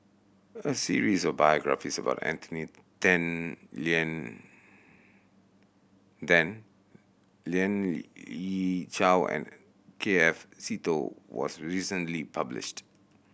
a series of biographies about Anthony Then Lien Then Lien Ying Chow and K F Seetoh was recently published